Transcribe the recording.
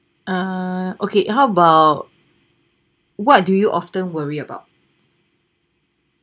uh okay how about what do you often worry about